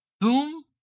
Boom